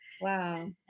Wow